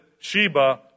Sheba